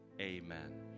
amen